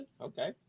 Okay